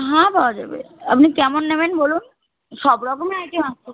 হ্যাঁ পাওয়া যাবে আপনি কেমন নেবেন বলুন সব রকমই আইটেম আছে